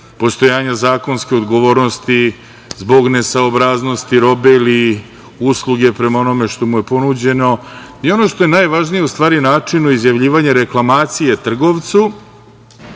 postojanju zakonske odgovornosti zbog nesaobraznosti robe ili usluge prema onome što mu je ponuđeno i ono što je najvažnije, u stvari, načinu izjavljivanja reklamacije trgovcu,